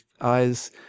eyes